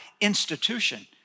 institution